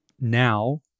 now